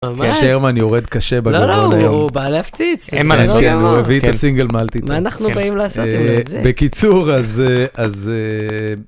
‫שרמן יורד קשה בגדול היום. ‫-לא, לא, הוא בא להפציץ. ‫הוא הביא את הסינגל מלטי. ‫-מה אנחנו באים לעשות עם זה? ‫בקיצור, אז...